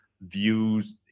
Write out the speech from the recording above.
views